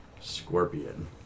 Scorpion